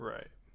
Right